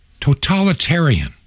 totalitarian